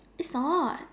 is not